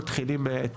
כי הוא מומחה לעניין.